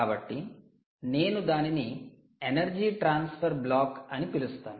కాబట్టి నేను దానిని ఎనర్జీ ట్రాన్స్ఫర్ బ్లాక్ అని పిలుస్తాను